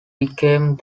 became